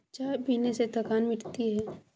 चाय पीने से थकान मिटती है